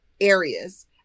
areas